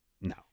No